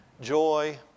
joy